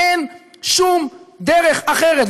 היא שאין שום דרך אחרת,